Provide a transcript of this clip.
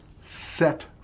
set